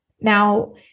Now